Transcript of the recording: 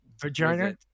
Vagina